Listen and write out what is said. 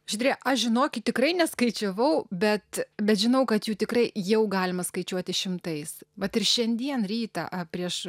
žydre aš žinokit tikrai neskaičiavau bet bet žinau kad jų tikrai jau galima skaičiuoti šimtais bet ir šiandien rytą a prieš